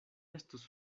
estus